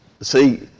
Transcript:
See